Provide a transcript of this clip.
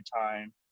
time